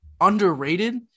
underrated